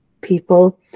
people